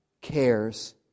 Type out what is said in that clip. cares